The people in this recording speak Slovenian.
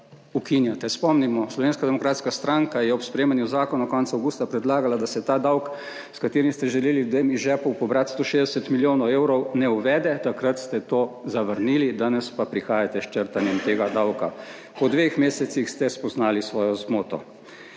ukinjate. Spomnimo, Slovenska demokratska stranka je ob sprejemanju zakona konec avgusta predlagala, da se ta davek, s katerim ste želeli ljudem iz žepov pobrati 160 milijonov evrov, ne uvede. Takrat ste to zavrnili, danes pa prihajate s črtanjem tega davka. Po dveh mesecih ste spoznali svojo zmoto.